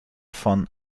von